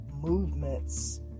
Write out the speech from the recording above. movements